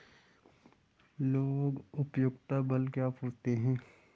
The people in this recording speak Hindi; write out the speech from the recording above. लोग उपयोगिता बिल क्यों पूछते हैं?